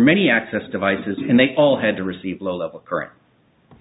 many access devices and they all had to receive low level current